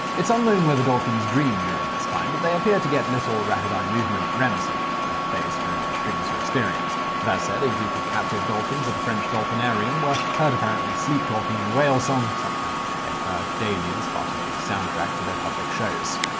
it's unknown whether dolphins dream during this time, but they appear to get little rapid eye movement sleep the phase during which dreams are experienced. that said, a group of captive dolphins at a french dolphinarium were heard apparently sleep-talking in whale song, something they heard daily as part of the soundtrack to their public shows.